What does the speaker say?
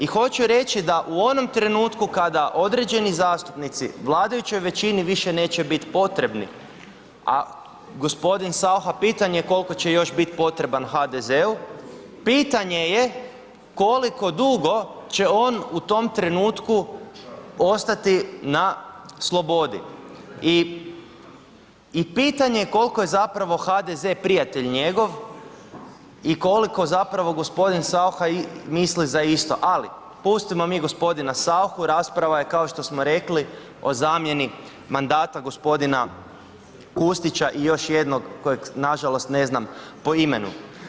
I hoću reći da u onom trenutku kada određeni zastupnici vladajućoj većini više neće bit potrebni a g. Saucha pitanje koliko će još bit potreban HDZ-u, pitanje je koliko dugo će on u tom trenutku ostati na slobodi i pitanje je koliko je zapravo HDZ prijatelj njegov i koliko zapravo g. Saucha misli za isto ali pustimo mi g. Sauchu, rasprava je kao što smo rekli o zamjeni mandata g. Kustića i još jednog kojeg nažalost ne znam po imenu.